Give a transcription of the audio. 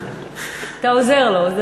אתה עוזר לו.